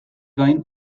gain